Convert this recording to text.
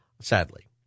sadly